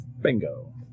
bingo